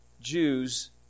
Jews